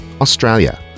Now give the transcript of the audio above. Australia